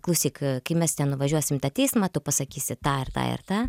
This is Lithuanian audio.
klausyk kai mes ten nuvažiuosim į tą teismą tu pasakysi tą ir tą ir tą